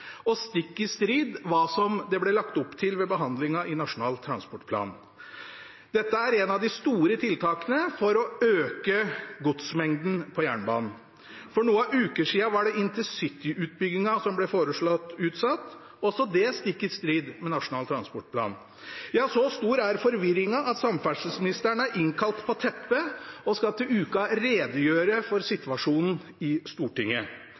stikk i strid med hva det ble lagt opp til ved behandlingen av Nasjonal transportplan. Dette er et av de store tiltakene for å øke godsmengden på jernbanen. For noen uker siden var det InterCity-utbyggingen som ble foreslått utsatt, også det stikk i strid med Nasjonal transportplan. Ja, så stor er forvirringen at samferdselsministeren er innkalt på teppet og skal til uka redegjøre for situasjonen i Stortinget.